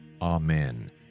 Amen